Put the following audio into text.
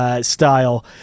style